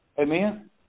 Amen